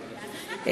כן.